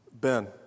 Ben